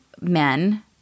men